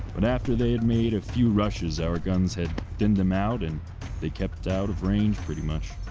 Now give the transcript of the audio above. but after they had made a few rushes our guns had thinned them out and they kept out of range pretty much.